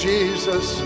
Jesus